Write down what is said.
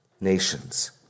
nations